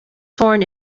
sworn